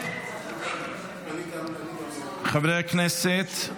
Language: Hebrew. חברי הכנסת,